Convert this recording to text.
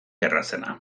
errazena